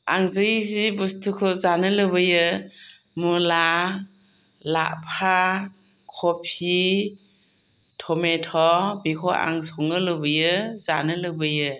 आं जि जि बुस्तुखौ जानो लुबैयो मुला लाफा कबि टमेट' बेखौ आं संनो लुबैयो जानो लुबैयो